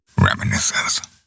Reminiscence